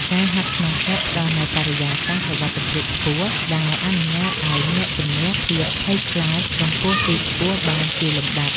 ការហាត់ក្នុងក្លឹបផ្ដល់នូវបរិយាកាសសុវត្ថិភាពខ្ពស់ ដែលអនុញ្ញាតឱ្យអ្នកជម្នះភាពភ័យខ្លាចចំពោះទីខ្ពស់បានជាលំដាប់។